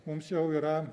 mums jau yra